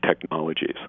technologies